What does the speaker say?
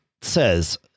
says